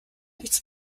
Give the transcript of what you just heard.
nichts